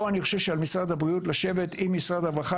על משרד הבריאות לשבת פה עם משרד הרווחה